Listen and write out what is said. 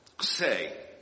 say